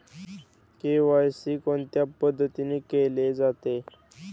KYC कोणत्या पद्धतीने केले जाते?